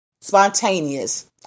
spontaneous